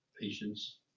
patience